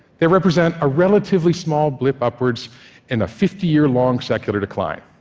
they represent a relatively small blip upwards in a fifty year long secular decline.